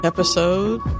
Episode